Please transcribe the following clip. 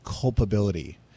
culpability